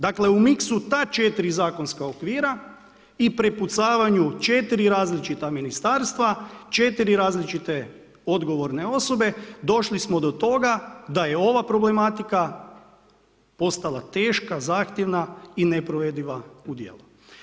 Dakle, u misku ta 4 zakonska okvira i prepucavanju 4 različita ministarstva, 4 različite odgovorne osobe, došli smo do toga, da je ova problematika postala teška, zahtjevna i neprovediva u djelo.